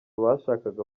bashakaga